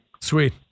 sweet